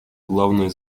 главной